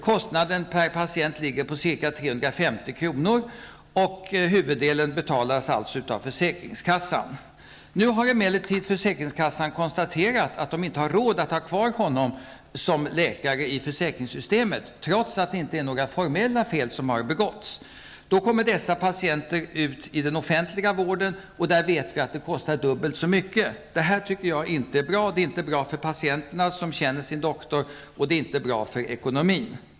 Kostnaden per patient är ca 350 kr., och huvuddelan betalas av försäkringskassan. Nu har emellertid försäkringskassan konstaterat att man inte har råd att kvar honom som läkare i försäkringssystemet, trots att inte några formella fel begåtts. Då kommer dessa patienter att omfattas av den offentliga vården, där vi vet att det kostar dubbelt så mycket. Det här tycker jag inte är bra. Det är inte bra för patienterna, som nu känner sin doktor, och det är inte bra för ekonomin.